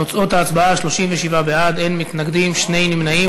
תוצאות ההצבעה: 37 בעד, אין מתנגדים, שני נמנעים.